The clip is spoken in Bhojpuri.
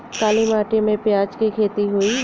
काली माटी में प्याज के खेती होई?